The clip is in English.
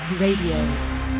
radio